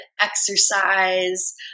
exercise